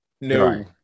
No